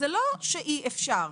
זה לא שאי אפשר,